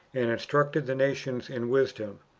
and instructed the nations in wisdom,